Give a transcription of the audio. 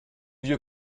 vieux